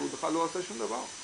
שהוא בכלל לא עושה שום דבר,